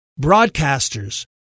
broadcasters